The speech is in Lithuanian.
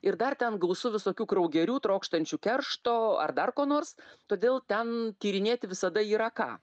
ir dar ten gausu visokių kraugerių trokštančių keršto ar dar ko nors todėl ten tyrinėti visada yra ką